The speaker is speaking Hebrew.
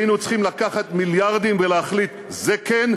היינו צריכים לקחת מיליארדים ולהחליט: זה כן,